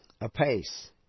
apace